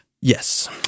Yes